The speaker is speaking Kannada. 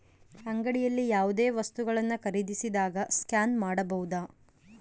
ಅಂಗಡಿಯಲ್ಲಿ ಯಾವುದೇ ವಸ್ತುಗಳನ್ನು ಖರೇದಿಸಿದಾಗ ಸ್ಕ್ಯಾನ್ ಮಾಡಬಹುದಾ?